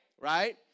right